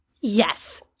yes